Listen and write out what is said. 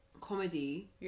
comedy